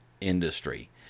industry